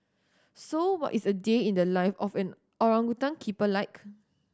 so what is a day in the life of an orangutan keeper like